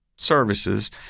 services